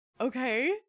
okay